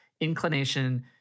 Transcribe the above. inclination